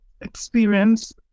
experience